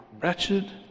wretched